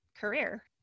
career